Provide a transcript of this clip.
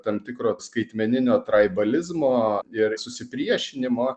tam tikro skaitmeninio traibalizmo ir susipriešinimo